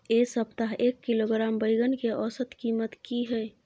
ऐ सप्ताह एक किलोग्राम बैंगन के औसत कीमत कि हय?